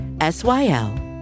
S-Y-L